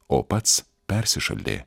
o pats persišaldė